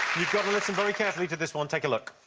you've got to listen very carefully to this one. take a look.